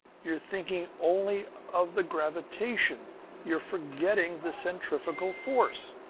you're thinking only of the gravitation you're forgetting the centrifugal force.